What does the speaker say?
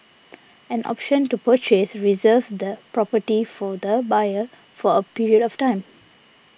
an option to purchase reserves the property for the buyer for a period of time